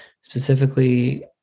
Specifically